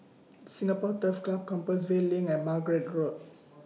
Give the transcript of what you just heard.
Singapore Turf Club Compassvale LINK and Margate Road